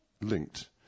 linked